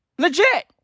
Legit